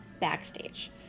backstage